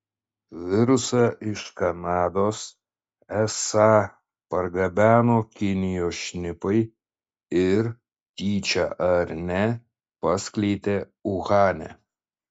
virusą iš kanados esą pargabeno kinijos šnipai ir tyčia ar ne paskleidė uhane